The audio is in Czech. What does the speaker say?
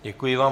Děkuji vám.